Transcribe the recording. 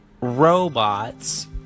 robots